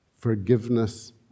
forgiveness